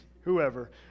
whoever